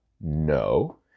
No